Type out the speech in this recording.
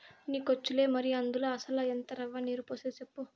నీకొచ్చులే మరి, అందుల అసల ఎంత రవ్వ, నీరు పోసేది సెప్పు